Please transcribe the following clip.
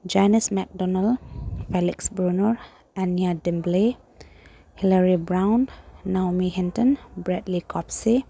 genius McDonald Alex Bruner Anya Dimble Hillary Brown Naomi Henton Brettley ꯀꯣꯞꯁꯤ